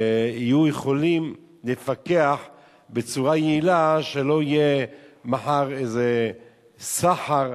יוכלו לפקח בצורה יעילה שלא יהיה מחר סחר,